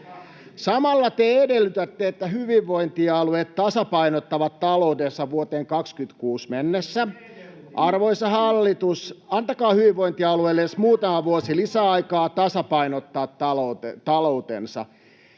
Samalla te edellytätte, että hyvinvointialueet tasapainottavat taloutensa vuoteen 26 mennessä. Arvoisa hallitus, antakaa hyvinvointialueille edes muutama vuosi lisäaikaa tasapainottaa taloutensa.